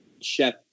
Chef